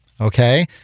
Okay